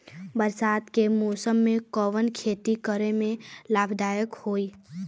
बरसात के मौसम में कवन खेती करे में लाभदायक होयी?